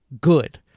good